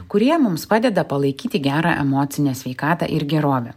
kurie mums padeda palaikyti gerą emocinę sveikatą ir gerovę